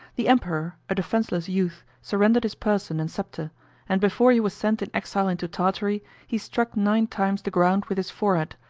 the emperor, a defenceless youth, surrendered his person and sceptre and before he was sent in exile into tartary, he struck nine times the ground with his forehead,